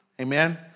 Amen